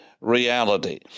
reality